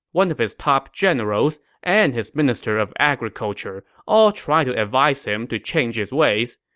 one of his top generals, and his minister of agriculture all tried to advise him to change his ways,